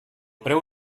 preu